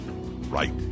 right